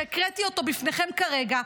שהקראתי אותו בפניכם כרגע,